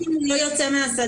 אם הוא לא יוצא מהשדה.